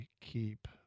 keep